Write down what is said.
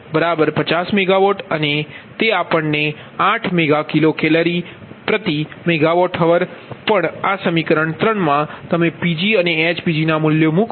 તો તે HPg8MkcalMWhr પણ સમીકરણ 3 માં તમે Pgઅને HPgમૂલ્ય મૂકો